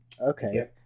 Okay